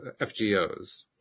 FGOs